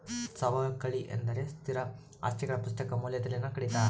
ಸವಕಳಿ ಎಂದರೆ ಸ್ಥಿರ ಆಸ್ತಿಗಳ ಪುಸ್ತಕ ಮೌಲ್ಯದಲ್ಲಿನ ಕಡಿತ